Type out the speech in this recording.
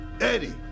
Eddie